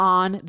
on